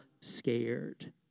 scared